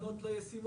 שהתקנות לא ישימות.